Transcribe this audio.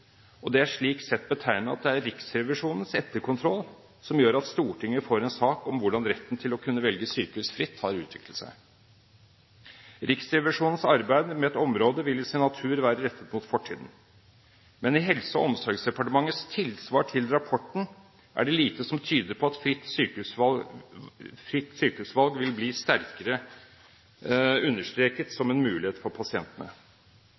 det betegnende at det er Riksrevisjonens etterkontroll som gjør at Stortinget får en sak om hvordan retten til å kunne velge sykehus fritt har utviklet seg. Riksrevisjonens arbeid med et område vil i sin natur være rettet mot fortiden, men i Helse- og omsorgsdepartementets tilsvar til rapporten er det lite som tyder på at ordningen med fritt sykehusvalg vil bli sterkere og understreket som en mulighet for pasientene.